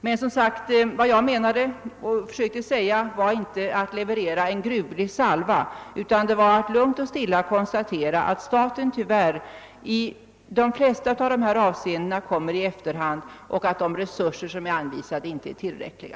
Men jag försökte inte att leverera en »gruvlig salva» utan ville som sagt lugnt och stilla konstatera, att staten tyvärr i de flesta av dessa avseenden kommer i efterhand och att de anvisade resurserna inte är tillräckliga.